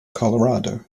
colorado